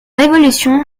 révolution